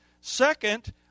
Second